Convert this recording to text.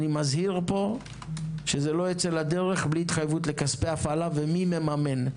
אני מזהיר פה שזה לא ייצא לדרך בלי התחייבות לכספי הפעלה ומי מממן.